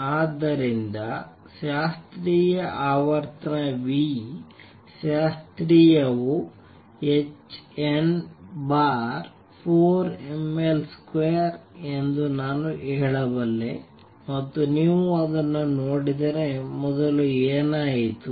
ಆದ್ದರಿಂದ ಶಾಸ್ತ್ರೀಯ ಆವರ್ತನ ಶಾಸ್ತ್ರೀಯವು hn4mL2 ಎಂದು ನಾನು ಹೇಳಬಲ್ಲೆ ಮತ್ತು ನೀವು ಅದನ್ನು ನೋಡಿದರೆ ಮೊದಲು ಏನಾಯಿತು